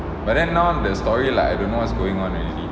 but then now the story like I don't know what's going on already